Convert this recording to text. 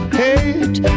hate